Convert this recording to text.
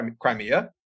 Crimea